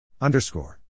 Underscore